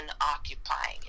occupying